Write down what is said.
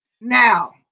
now